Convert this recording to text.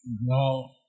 now